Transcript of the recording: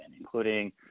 including